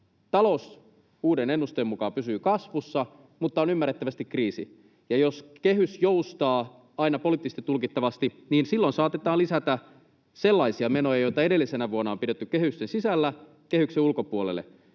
Talous uuden ennusteen mukaan pysyy kasvussa, mutta on ymmärrettävästi kriisi, ja jos kehys joustaa aina poliittisesti tulkittavasti, niin silloin saatetaan lisätä kehyksen ulkopuolelle sellaisia menoja, joita edellisenä vuonna on pidetty kehysten sisällä. Kosteikkoviljelyn